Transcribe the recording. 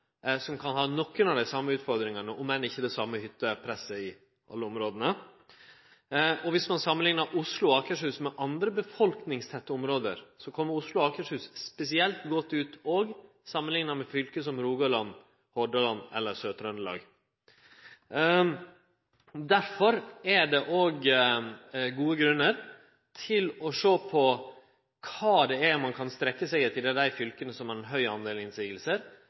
som kan ha nokre av dei same utfordringane, om enn ikkje det same hyttepresset i alle områda. Og viss ein samanliknar Oslo og Akershus med andre befolkningstette område, kommer Oslo og Akershus spesielt godt ut, òg samanlikna med fylke som Rogaland, Hordaland eller Sør-Trøndelag. Derfor er det òg gode grunnar til å sjå på kva det er ein kan strekkje seg etter i dei fylka som har ein høg